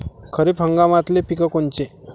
खरीप हंगामातले पिकं कोनते?